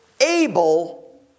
able